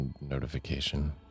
notification